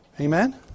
Amen